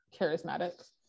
charismatic